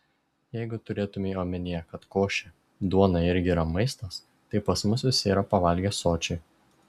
jeigu turėtumei omenyje kad košė duona irgi yra maistas tai pas mus visi yra pavalgę sočiai